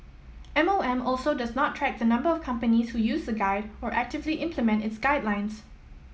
M O M also does not track the number of companies who use the guide or actively implement its guidelines